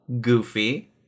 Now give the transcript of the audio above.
goofy